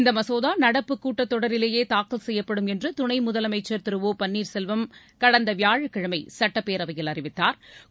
இந்த மசோதா நடப்பு கூட்டத்தொடரிலேயே தாக்கல் செய்யப்படும் என்று துணை முதலமைச்சா் திரு ஒ பன்னீர்செல்வம் கடந்த வியாழக்கிழமை சட்டப்பேரவையில் அறிவித்தாா்